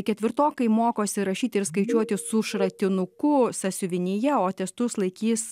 ketvirtokai mokosi rašyti ir skaičiuoti su šratinuku sąsiuvinyje o testus laikys